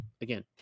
again